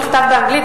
מכתב באנגלית,